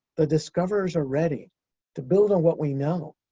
the discoverers are ready to build on what we know,